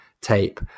tape